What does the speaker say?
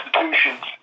institutions